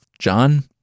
John